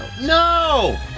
No